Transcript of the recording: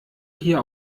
hier